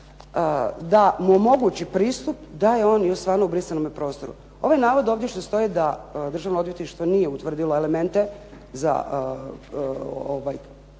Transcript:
da mu omogući pristup, da je on i osvanuo u "Brisanome prostoru". Ovaj navod ovdje što stoji da Državno odvjetništvo nije utvrdilo elemente za